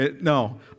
No